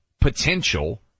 potential